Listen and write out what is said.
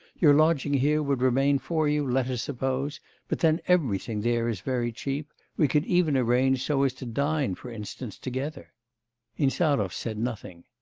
your lodging here would remain for you, let us suppose but then everything there is very cheap we could even arrange so as to dine, for instance, together insarov said nothing.